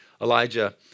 Elijah